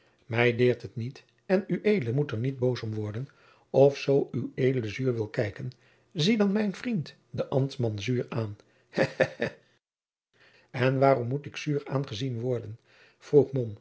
mij deert het niet en ued moet er niet boos om worden of zoo ued zuur wil kijken zie dan mijn vriend den ambtman zuur aan hê hê hê en waarom moet ik zuur aangezien worden vroeg